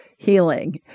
healing